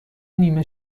نیمه